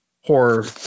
horror